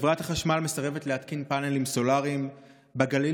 חברת החשמל מסרבת להתקין פאנלים סולריים בגליל